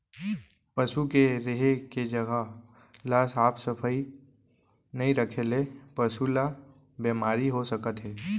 पसू के रेहे के जघा ल साफ सफई नइ रखे ले पसु ल बेमारी हो सकत हे